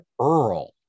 Earl